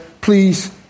Please